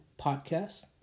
Podcast